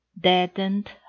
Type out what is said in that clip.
deadened